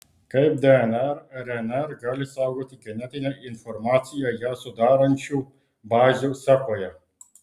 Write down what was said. kaip dnr rnr gali saugoti genetinę informaciją ją sudarančių bazių sekoje